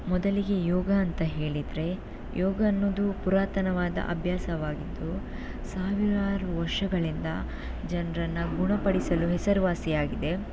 ಮೊದಲಿಗೆ ಯೋಗ ಅಂತ ಹೇಳಿದರೆ ಯೋಗ ಅನ್ನೋದು ಪುರಾತನವಾದ ಅಭ್ಯಾಸವಾಗಿದ್ದು ಸಾವಿರಾರು ವರ್ಷಗಳಿಂದ ಜನರನ್ನ ಗುಣಪಡಿಸಲು ಹೆಸರುವಾಸಿಯಾಗಿದೆ